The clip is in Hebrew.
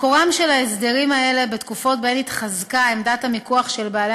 מקורם של ההסדרים האלה בתקופות שבהן התחזקה עמדת המיקוח של בעלי